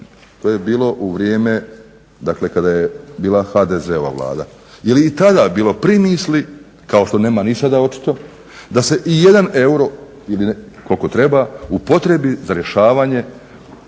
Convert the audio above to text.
to je bilo u vrijeme kada je bila HDZ-ova Vlada, je li i tad bilo primisli kao što nema ni sada očito, da se ijedan euro ili koliko treba upotrijebi za rješavanje